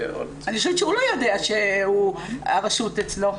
--- אני חושבת שהוא לא יודע שהרשות אצלו.